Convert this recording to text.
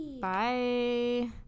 Bye